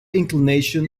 inclination